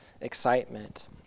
excitement